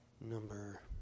number